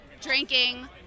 drinking